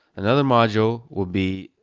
another module will be,